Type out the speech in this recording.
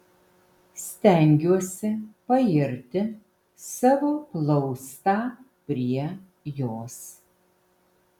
stengiuosi pairti savo plaustą prie jos